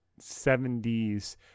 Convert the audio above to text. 70s